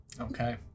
okay